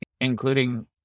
including